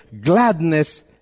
gladness